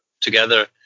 together